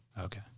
Okay